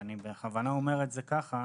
אני בכוונה אומר כך,